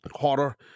harder